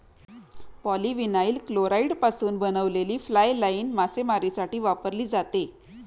polyvinyl क्लोराईडपासून बनवलेली fly line मासेमारीसाठी वापरली जाते